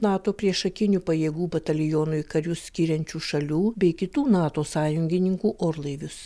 nato priešakinių pajėgų batalionui karius skiriančių šalių bei kitų nato sąjungininkų orlaivius